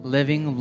Living